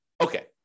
okay